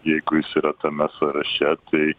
jeigu jis yra tame sąraše tai